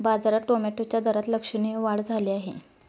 बाजारात टोमॅटोच्या दरात लक्षणीय वाढ झाली आहे